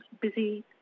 busy